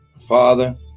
Father